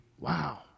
Wow